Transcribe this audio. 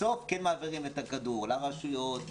בסוף כן מעבירים את הכדור לרשויות,